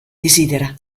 desidera